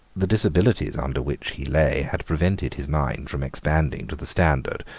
the disabilities under which he lay had prevented his mind from expanding to the standard,